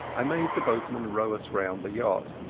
i made the boatman row us round the yacht,